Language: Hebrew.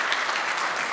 (מחיאות כפיים)